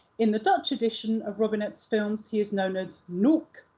in the dutch edition of roninet's films he is known as nauke,